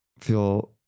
feel